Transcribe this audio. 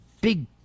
big